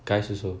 guys also